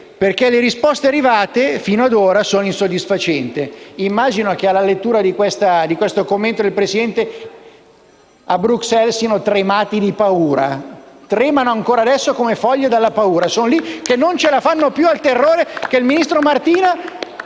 perché le risposte arrivate fino ad ora sono insoddisfacenti». Immagino che alla lettura di questo commento del Ministro a Bruxelles siano tremati di paura e tremino ancora adesso come foglie. Non ce la fanno più dal terrore che il ministro Martina